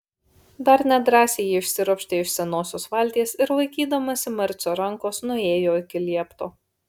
dar nedrąsiai ji išsiropštė iš senosios valties ir laikydamasi marcio rankos nuėjo iki liepto